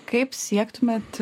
kaip siektumėt